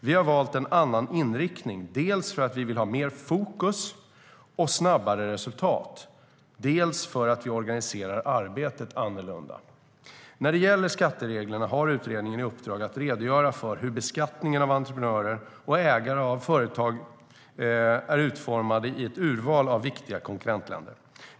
Vi har valt en annan inriktning dels för att vi vill ha mer fokus och snabbare resultat, dels för att vi organiserar arbetet annorlunda. När det gäller skattereglerna har utredningen i uppdrag att redogöra för hur beskattningen av entreprenörer och ägare av företag är utformad i ett urval av viktiga konkurrentländer.